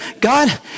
God